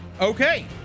Okay